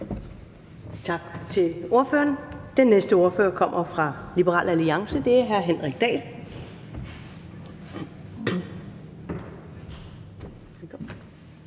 Tak til ordføreren. Den næste ordfører kommer fra Liberal Alliance, og det er hr. Henrik Dahl.